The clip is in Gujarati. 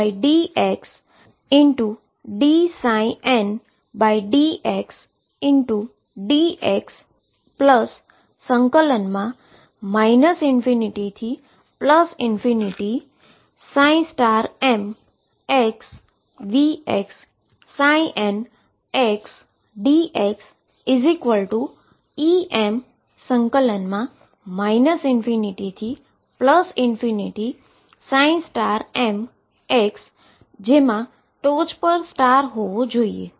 અને સમીકરણ number 2 22m ∞dmdxdndxdx ∞mVxndxEm ∞mx ટોચ પર સ્ટાર હોવો જોઈએ